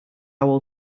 will